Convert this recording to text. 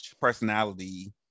personality